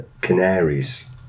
Canaries